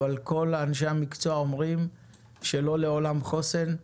אבל כל אנשי המקצוע אומרים שלא לעולם חוסן,